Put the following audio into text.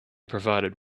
provided